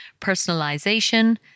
personalization